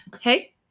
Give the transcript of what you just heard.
hey